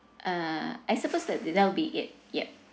uh I suppose that there'll be it yup